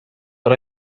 but